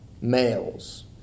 males